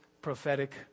prophetic